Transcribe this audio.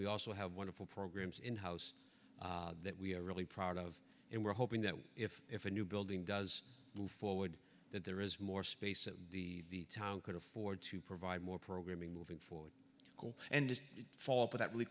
we also have wonderful programs in house that we are really proud of and we're hoping that if if a new building does move forward that there is more space in the town could afford to provide more programming moving for cool and fall but that really